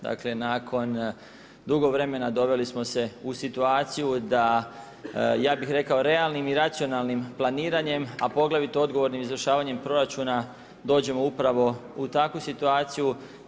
Dakle, nakon dugo vremena doveli smo se u situaciju da, ja bih rekao realnim i racionalnim planiranjem, a pogotovo odgovornim izvršavanjem proračuna dođemo upravo u takvu situaciju.